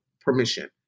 permission